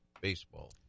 baseball